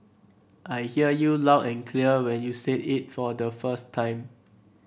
I hear you loud and clear when you said it for the first time